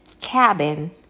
cabin